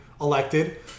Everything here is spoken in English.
elected